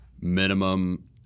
minimum